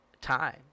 time